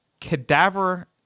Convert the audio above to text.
cadaver